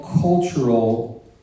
cultural